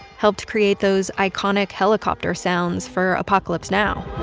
helped create those iconic helicopter sounds for apocalypse now.